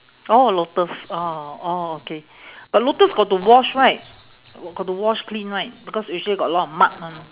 oh lotus oh oh okay but lotus got to wash right got to wash clean right because usually got a lot of mud one